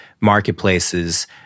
marketplaces